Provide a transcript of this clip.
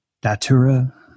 datura